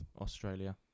Australia